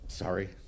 Sorry